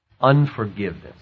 unforgiveness